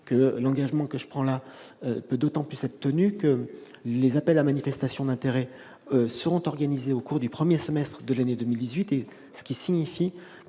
L'engagement que je prends aura d'autant plus de chances d'être tenu que les appels à manifestation d'intérêt seront organisés au cours du premier semestre de l'année 2018, ce qui signifie